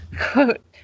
quote